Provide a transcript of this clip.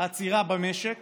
העצירה במשק